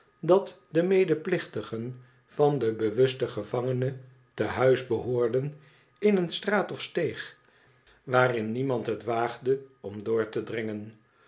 dat de medeplichtigen van den bewusten gevangene te huis behoorden in oen straat of steeg waarin niemand het waagde om door te dringen